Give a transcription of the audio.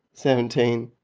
seventeen,